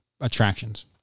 attractions